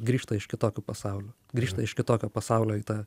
grįžta iš kitokių pasaulių grįžta iš kitokio pasaulio į tą